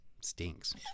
stinks